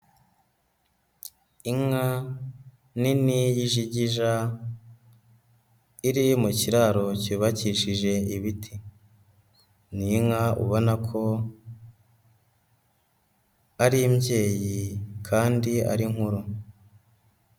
Inka nini y'ijigija, iri mu kiraro cyubakishije ibiti, n'inka ubona ko ari imbyeyi kandi ari nkuru.